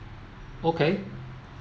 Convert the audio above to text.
okay